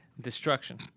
Destruction